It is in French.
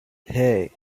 hey